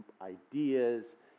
ideas